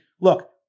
Look